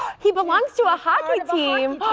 he belongs to a hockey team.